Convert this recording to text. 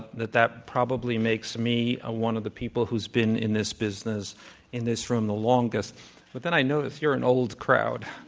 that that probably makes me ah one of the people who's been in this business in this room the longest. but then i notice you're an old crowd.